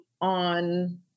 on